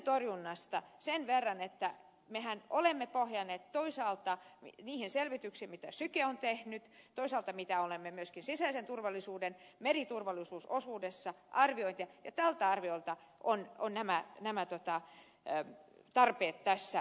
öljyntorjunnasta sen verran että mehän olemme pohjanneet toisaalta niihin selvityksiin mitä syke on tehnyt toisaalta siihen mitä olemme myöskin sisäisessä turvallisuudessa meriturvallisuusosuudessa arvioineet ja tältä arviolta on nämä tarpeet tässä esitetty